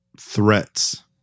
threats